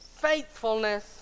faithfulness